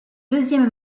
deuxième